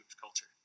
culture